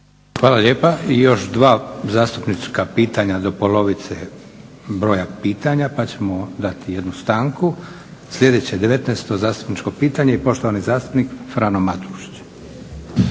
Hvala lijepa. I još dva zastupnička pitanja do polovice broja pitanja pa ćemo dati jednu stanku. Sljedeće 19. zastupničko pitanje i poštovani zastupnik Frano Matušić.